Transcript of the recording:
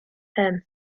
him